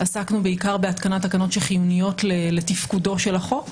עסקנו בעיקר בהתקנת תקנון חיוניות לתפקודו של החוק.